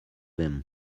him